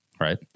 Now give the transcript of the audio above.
right